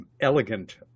elegant